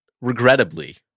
regrettably